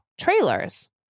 trailers